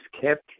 kept